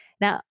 Now